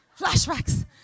flashbacks